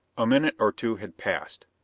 a minute or two had passed.